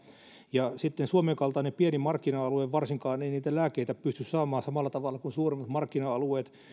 ja sitten suomen kaltainen pieni markkina alue varsinkaan ei niitä lääkkeitä pysty saamaan samalla tavalla kuin suurimmat markkina alueet